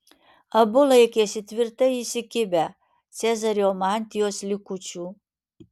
abu laikėsi tvirtai įsikibę cezario mantijos likučių